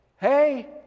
hey